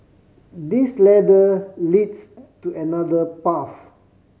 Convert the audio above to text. this ladder leads to another path